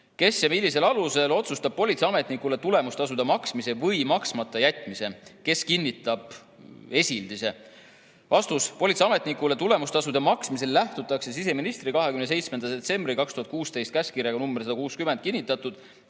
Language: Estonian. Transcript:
"Kes ja mille alusel otsustab politseiametnikele tulemustasude maksmise või maksmata jätmise? Kes kinnitab esildise?" Vastus. Politseiametnikule tulemustasude maksmisel lähtutakse siseministri 27. detsembri 2016 käskkirjaga nr 160 kinnitatud